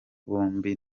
bombi